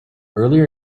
earlier